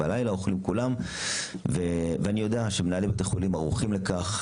יודע שמנהלי בתי החולים ערוכים לכך,